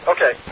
Okay